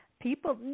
people